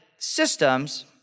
systems